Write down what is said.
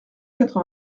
quatre